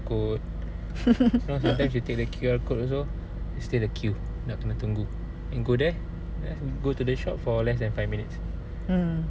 code sometimes you take the Q_R code also still need to queue nak kena tunggu and go there go to the shop for less than five minutes